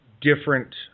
different